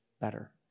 better